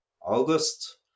August